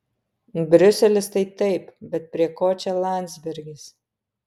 briuselis tai taip bet prie ko čia landsbergis